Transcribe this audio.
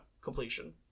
completion